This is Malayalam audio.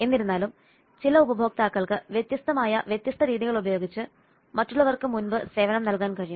എന്നിരുന്നാലും ചില ഉപഭോക്താക്കൾക്ക് വ്യത്യസ്തമായ വ്യത്യസ്ത രീതികൾ ഉപയോഗിച്ച് മറ്റുള്ളവർക്ക് മുമ്പ് സേവനം നൽകാൻ കഴിയും